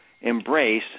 embrace